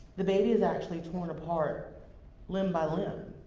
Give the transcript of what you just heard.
the baby is actually torn apart limb-by-limb.